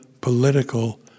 political